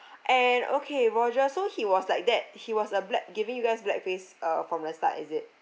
and okay roger so he was like that he was uh black giving you guys black face uh from the start is it